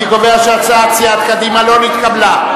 אני קובע שהצעת סיעת קדימה לא נתקבלה.